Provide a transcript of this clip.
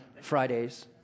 Fridays